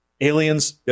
Aliens